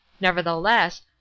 Nevertheless